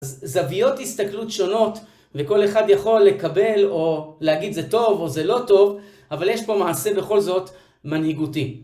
זוויות הסתכלות שונות, וכל אחד יכול לקבל או להגיד זה טוב או זה לא טוב, אבל יש פה מעשה בכל זאת, מנהיגותי.